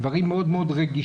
דברים מאוד רגישים,